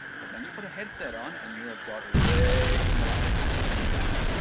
but then you put a headset on, and you have got way more pixels than that.